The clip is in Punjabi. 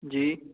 ਜੀ